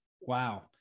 Wow